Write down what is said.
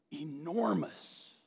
enormous